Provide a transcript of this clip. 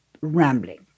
rambling